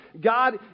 God